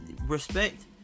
respect